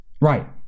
right